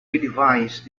device